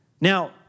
Now